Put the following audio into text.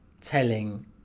telling